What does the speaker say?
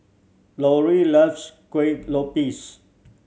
Loree loves Kueh Lopes